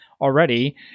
already